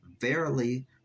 verily